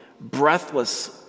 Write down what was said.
breathless